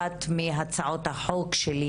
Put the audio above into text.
אחת מהצעות החוק שלי,